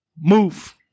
move